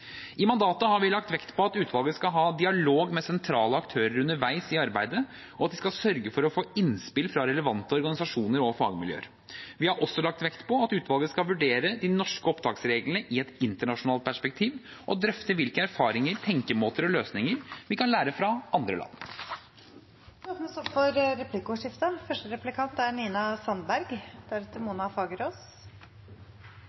I mandatet har vi lagt vekt på at utvalget skal ha dialog med sentrale aktører underveis i arbeidet, og at de skal sørge for å få innspill fra relevante organisasjoner og fagmiljøer. Vi har også lagt vekt på at utvalget skal vurdere de norske opptaksreglene i et internasjonalt perspektiv og drøfte hvilke erfaringer, tenkemåter og løsninger vi kan lære av fra andre land. Det blir replikkordskifte.